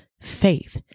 Faith